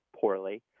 poorly